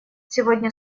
сегодня